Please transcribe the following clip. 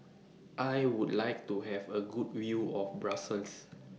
I Would like to Have A Good View of Brussels